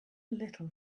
little